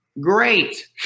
great